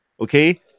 okay